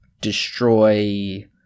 destroy